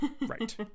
Right